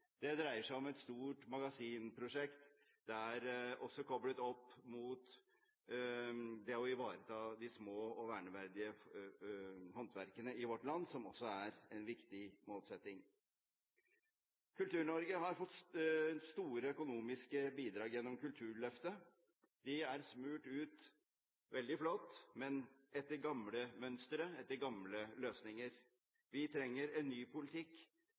Det dreier seg om et stort magasinprosjekt, også koblet opp mot å ivareta de små og verneverdige håndverkene i vårt land, som også er en viktig målsetting. Kultur-Norge har fått store økonomiske bidrag gjennom Kulturløftet. De er smurt ut veldig flott, men etter gamle mønstre og gamle løsninger. Vi trenger en ny politikk,